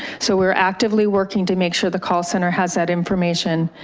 so we're actively working to make sure the call center has that information.